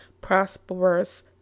prosperous